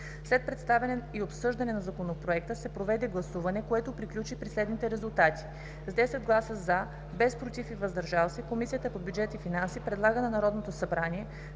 След представяне и обсъждане на Законопроекта се проведе гласуване, което приключи при следните резултати: с 10 гласа „за“, без „против“ и „въздържали се“ Комисията по бюджет и финанси предлага на Народното събрание